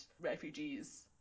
refugees